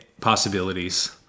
possibilities